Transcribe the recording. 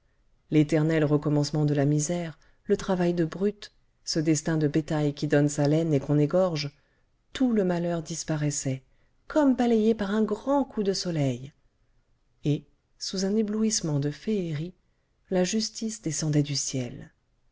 l'éternel recommencement de la misère le travail de brute ce destin de bétail qui donne sa laine et qu'on égorge tout le malheur disparaissait comme balayé par un grand coup de soleil et sous un éblouissement de féerie la justice descendait du ciel